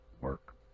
work